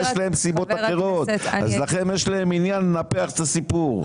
יש להם סיבות אחרות אז לכן יש להם עניין לנפח את הסיפור.